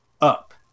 up